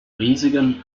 riesigen